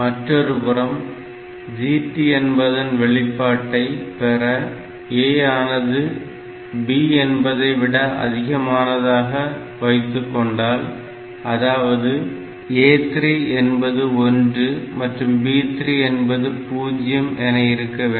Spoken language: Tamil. மற்றொருபுறம் GT என்பதன் வெளிபாட்டை பெற A ஆனது B என்பதைவிட அதிகமானதாக வைத்துக்கொண்டால் அதாவது A3 என்பது 1 மற்றும் B3 என்பது 0 என இருக்க வேண்டும்